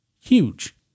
huge